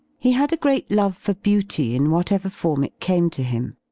he had a. great love for beauty in what ever form it came to him.